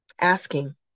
asking